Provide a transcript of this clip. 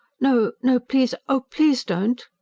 no. no. please. oh, please, don't!